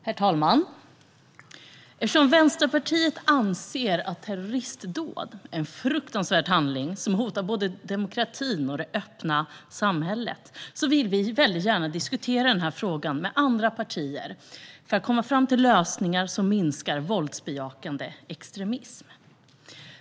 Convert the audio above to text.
Herr talman! Eftersom Vänsterpartiet anser att terroristdåd är en fruktansvärd handling som hotar både demokratin och det öppna samhället vill vi väldigt gärna diskutera denna fråga med andra partier för att komma fram till lösningar som minskar våldsbejakande extremism.